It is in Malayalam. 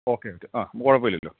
ഓക്കേ ഓക്കെ ആ മക്ക് കുഴപ്പമില്ലല്ലോ